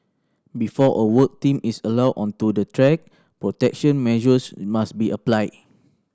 before a work team is allowed onto the track protection measures must be applied